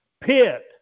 pit